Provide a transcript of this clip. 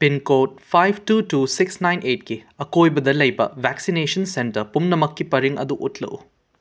pincode five two two six nine ꯑꯩꯠꯀꯤ ꯑꯀꯣꯏꯕꯗ ꯂꯩꯕ ꯚꯦꯛꯁꯤꯅꯦꯁꯟ ꯁꯦꯟꯇꯔ ꯄꯨꯝꯅꯃꯛꯀꯤ ꯄꯔꯤꯡ ꯑꯗꯨ ꯎꯠꯂꯛꯎ